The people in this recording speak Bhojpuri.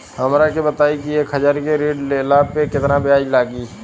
हमरा के बताई कि एक हज़ार के ऋण ले ला पे केतना ब्याज लागी?